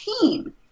team